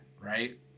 right